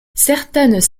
certaines